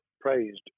praised